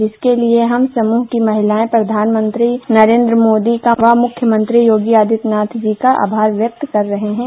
जिसके लिए हम समूह की महिलाएं प्रधानमंत्री नरेंद्र व मुख्यमंत्री योगी आदित्यनाथ जी का आमार व्यक्त कर रही हूं